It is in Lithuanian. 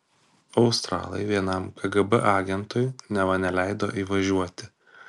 australai vienam kgb agentui neva neleido įvažiuoti